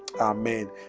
amen